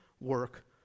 work